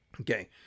Okay